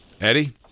Eddie